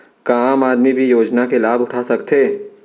का आम आदमी भी योजना के लाभ उठा सकथे?